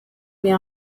mais